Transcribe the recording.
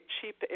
cheap